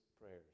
prayers